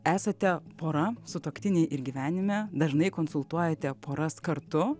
esate pora sutuoktiniai ir gyvenime dažnai konsultuojate poras kartu